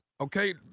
Okay